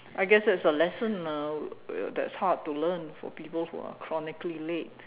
I guess that's a lesson lah that's hard to learn for people who are chronically late